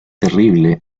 terrible